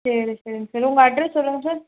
சரி சரி சரி உங்கள் அட்ரஸ் சொல்லுங்கள் சார்